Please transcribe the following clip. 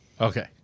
Okay